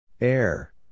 Air